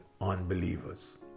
unbelievers